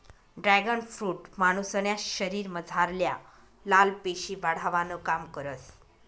dragon fruit मानुसन्या शरीरमझारल्या लाल पेशी वाढावानं काम करस